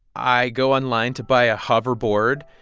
i go online to buy a hoverboard,